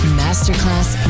masterclass